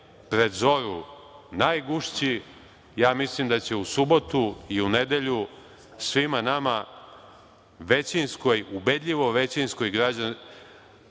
pred zoru najgušći, ja mislim da će u subotu i u nedelju svima nama većinskoj, ubedljivo većinskoj Srbiji